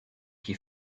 qui